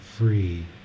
free